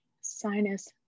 sinus